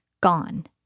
gone